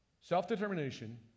self-determination